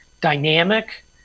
dynamic